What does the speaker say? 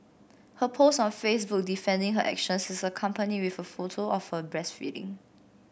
her post on Facebook defending her actions is accompanied with a photo of her breastfeeding